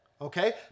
Okay